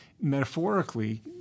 metaphorically